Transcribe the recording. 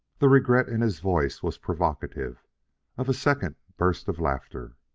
the regret in his voice was provocative of a second burst of laughter.